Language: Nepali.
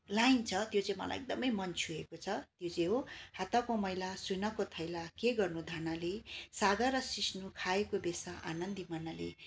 लाइन छ त्यो चाहिँ मलाई एकदमै मन छुएको छ त्यो चाहिँ हो हातको मैला सुनको थैला के गर्नु धनले साग र सिस्नु खाएको बेस आनन्दी मनले